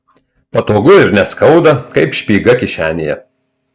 patogu ir neskauda kaip špyga kišenėje